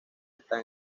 están